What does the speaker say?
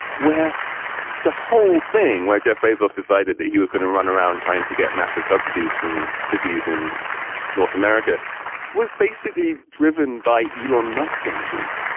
where the whole thing where jeff bezos decided that he was going to run around trying to get massive subsidies from cities in north america was basically driven by elon musk envy.